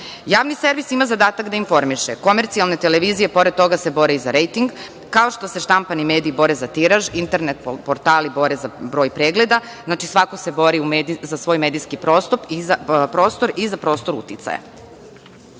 servis ima zadatak da informiše. Komercijalne televizije pored toga se bore i za rejting, kao što se štampani mediji bore za tiraž, internet portali bore za broj pregleda. Znači, svako se bori za svoj medijski prostor i za prostor uticaja. Mediji